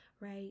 right